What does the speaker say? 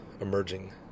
emerging